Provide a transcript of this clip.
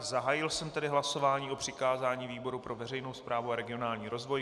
Zahájil jsem tedy hlasování o přikázání výboru pro veřejnou správu a regionální rozvoj.